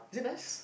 is it nice